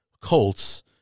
Colts